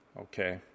Okay